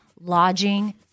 lodging